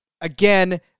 again